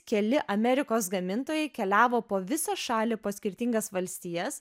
keli amerikos gamintojai keliavo po visą šalį po skirtingas valstijas